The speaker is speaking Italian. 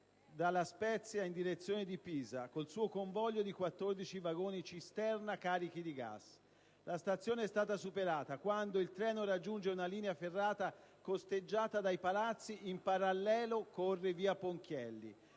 da La Spezia in direzione di Pisa, col suo convoglio di 14 vagoni cisterna carichi gas. La stazione è stata appena superata quando il treno raggiunge una linea ferrata costeggiata dai palazzi; in parallelo corre via Ponchielli.